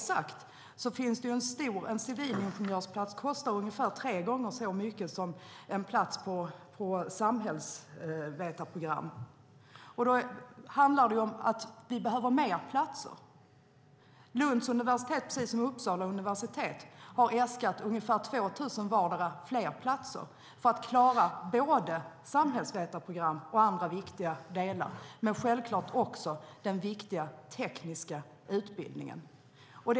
En civilingenjörsplats kostar ungefär tre gånger så mycket som en plats på samhällsvetarprogrammet. Det betyder att vi behöver fler platser. Lunds universitet, liksom Uppsala universitet, har äskat om ungefär 2 000 fler platser vardera för att klara både samhällsvetarprogram och andra viktiga delar. Självklart gäller det också den viktiga tekniska utbildningen.